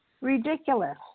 ridiculous